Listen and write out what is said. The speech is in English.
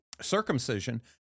Circumcision